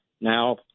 now